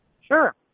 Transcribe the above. sure